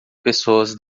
pessoas